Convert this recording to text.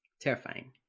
Terrifying